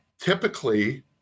Typically